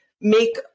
make